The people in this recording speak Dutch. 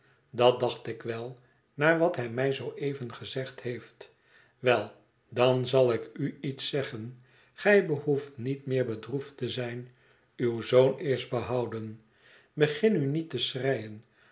dat dacht ik wel naar wat hij mij zoo even gezegd heeft wel dan zal ik u iets zeggen gij behoeft niet meer bedroefd te zijn uw zoon is behouden begin nu niet te schreien